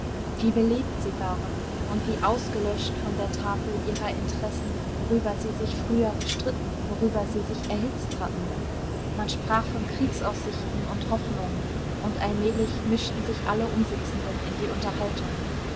wie belebt sie waren und wie ausgelöscht von der tafel ihrer interessen worüber sie sich früher gestritten worüber sie sich erhitzt hatten man sprach von kriegsaussichten und hoffnungen und allmählich mischten sich alle umsitzenden in die unterhaltung